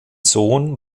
sohn